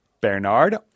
Bernard